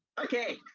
okay.